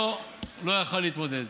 פה הוא לא יכול היה להתמודד.